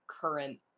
current